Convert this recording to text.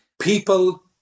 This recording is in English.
people